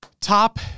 Top